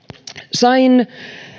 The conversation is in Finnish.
sain